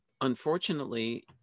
Unfortunately